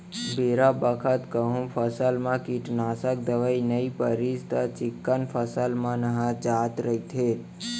बेरा बखत कहूँ फसल म कीटनासक दवई नइ परिस त चिक्कन फसल मन ह जात रइथे